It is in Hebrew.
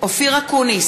אופיר אקוניס,